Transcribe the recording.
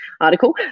article